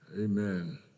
Amen